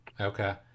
Okay